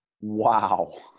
Wow